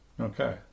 Okay